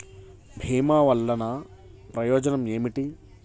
భీమ వల్లన ప్రయోజనం ఏమిటి?